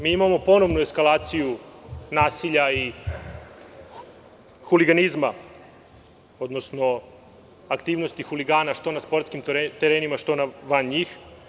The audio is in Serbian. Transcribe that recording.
Mi imamo ponovnu eskalaciju nasilja i huliganizma, odnosno aktivnosti huligana što na sportskim terenima, što van njih.